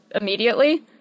immediately